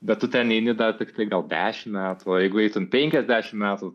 bet tu ten eini dar tiktai gal dešimt metų o jeigu eitum penkiasdešimt metų